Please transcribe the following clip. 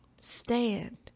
Stand